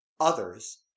others